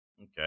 Okay